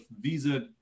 Visa